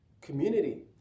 community